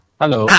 hello